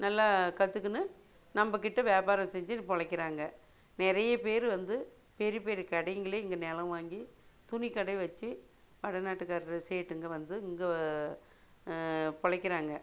நல்லா கற்றுக்கினு நம்ம கிட்டே வியாபாரம் செஞ்சு பிழைக்கிறாங்க நிறைய பேர் வந்து பெரிய பெரிய கடைங்களே இங்கே நிலம் வாங்கி துணிக்கடை வச்சு வடநாட்டுக்காரர் சேட்டுங்க வந்து இங்கே பிழைக்கிறாங்க